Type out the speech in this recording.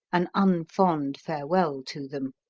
an unfond farewell to them.